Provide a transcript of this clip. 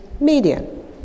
median